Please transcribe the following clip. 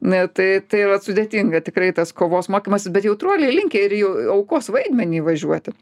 na tai tai vat sudėtinga tikrai tas kovos mokymasis bet jautruoliai linkę ir į aukos vaidmenį važiuoti